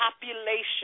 population